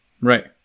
Right